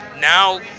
now